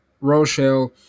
Rochelle